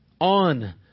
on